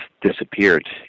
disappeared